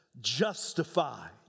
justified